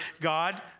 God